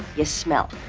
you smell.